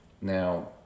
Now